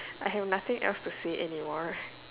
I have nothing else to say anymore